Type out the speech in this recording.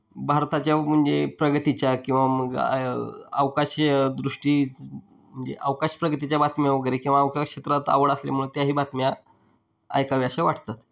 भारताच्या म्हणजे प्रगतीच्या किंवा मग अवकाशीय दृष्टी म्हणजे अवकाश प्रगतीच्या बातम्या वगैरे किंवा अवकाश क्षेत्रात आवड असल्यामुळं त्याही बातम्या ऐकाव्याशा वाटतात